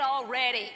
already